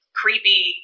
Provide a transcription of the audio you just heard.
creepy